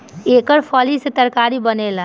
एकर फली से तरकारी बनेला